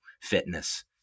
fitness